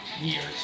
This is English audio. years